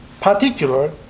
particular